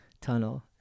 Tunnel